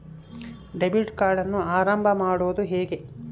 Debit ಕಾರ್ಡನ್ನು ಆರಂಭ ಮಾಡೋದು ಹೇಗೆ?